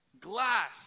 Glass